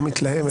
לא מתלהמת,